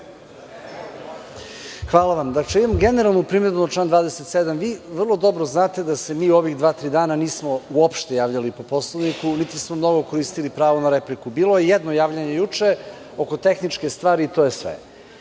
Aligrudić** Imam generalnu primedbu na član 27. Vi vrlo dobro znate da se mi ovih dva, tri dana nismo javljali po Poslovniku, niti smo koristili pravo na repliku. Bilo je jedno javljanje juče oko tehničke stvari i to je sve. To